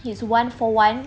it's one for one